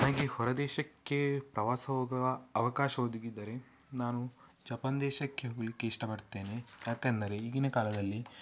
ನನಗೆ ಹೊರದೇಶಕ್ಕೆ ಪ್ರವಾಸ ಹೋಗುವ ಅವಕಾಶ ಒದಗಿದ್ದರೆ ನಾನು ಜಪನ್ ದೇಶಕ್ಕೆ ಹೋಗಲಿಕ್ಕೆ ಇಷ್ಟಪಡ್ತೇನೆ ಯಾಕಂದರೆ ಈಗಿನ ಕಾಲದಲ್ಲಿ